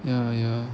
ya ya